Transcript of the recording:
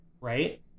right